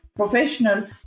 professional